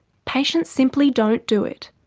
patients simply don't do it.